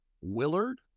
Willard